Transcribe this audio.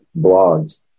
blogs